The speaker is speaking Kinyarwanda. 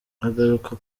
agaruka